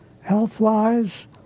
health-wise